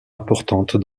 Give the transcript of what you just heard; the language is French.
importante